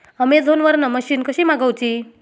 Amazon वरन machine कशी मागवची?